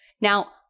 Now